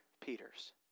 Peter's